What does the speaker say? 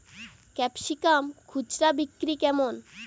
Capsicum খুচরা বিক্রি কেমন?